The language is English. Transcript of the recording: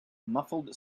muffled